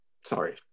Sorry